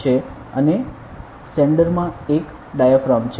અને સેન્ડેર માં એક ડાયાફ્રામ છે